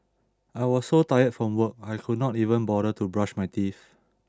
I was so tired from work I could not even bother to brush my teeth